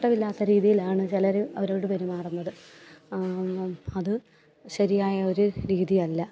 ഇഷ്ടമില്ലാത്ത രീതിയിലാണ് ചിലര് അവരോട് പെരുമാറുന്നത് അത് ശരിയായ ഒരു രീതിയല്ല